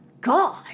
god